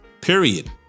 period